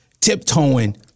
tiptoeing